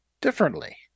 differently